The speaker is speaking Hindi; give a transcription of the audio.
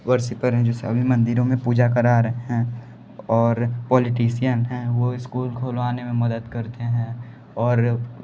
वर्सिपर हैं जो सभी मंदिरों में पूजा करा रहे हैं और पॉलिटीसियन हैं वो इस्कूल खुलवाने में मदद करते हैं और